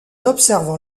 observant